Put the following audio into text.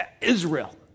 Israel